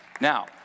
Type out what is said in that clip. Now